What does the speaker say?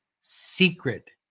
secret